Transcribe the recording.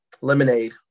lemonade